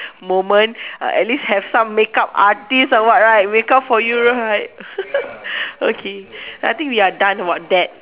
moment uh at least have some makeup artist somewhat right makeup for you right okay I think we are done about that